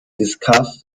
discuss